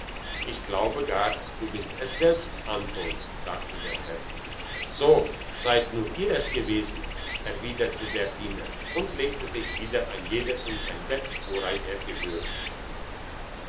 ich glaube gar du bist es selbst anton sagte der herr so seid nur ihr es gewesen erwiderte der diener und legten sich wieder ein jeder in sein bett worein er gehörte